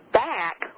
back